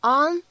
on